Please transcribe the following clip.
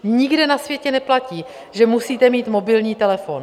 Nikde na světě neplatí, že musíte mít mobilní telefon.